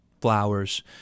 flowers